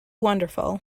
wonderful